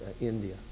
India